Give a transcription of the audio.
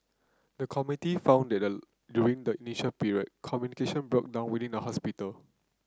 the committee found that during the initial period communication broke down within the hospital